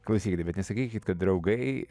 klausykite bet nesakykit kad draugai